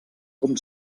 com